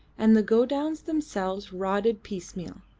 and the godowns themselves rotted piecemeal.